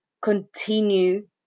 continue